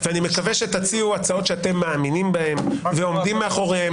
ואני מקווה שתציעו הצעות שאתם מאמינים בהן ועומדים מאחוריהן,